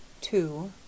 two